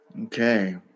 Okay